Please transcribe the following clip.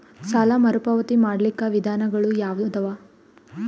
ಸಾಲ ಮರುಪಾವತಿ ಮಾಡ್ಲಿಕ್ಕ ವಿಧಾನಗಳು ಯಾವದವಾ?